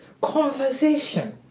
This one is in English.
conversation